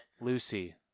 Lucy